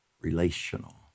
relational